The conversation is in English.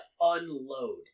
unload